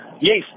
Yes